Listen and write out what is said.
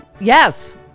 yes